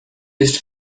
lists